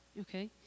Okay